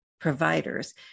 providers